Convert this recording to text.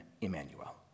Emmanuel